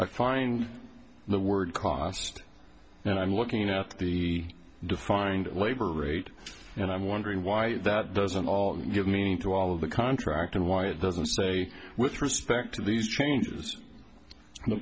i find the word cost and i'm looking at the defined labor rate and i'm wondering why that doesn't give meaning to all of the contract and why it doesn't say with respect to these changes the